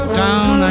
down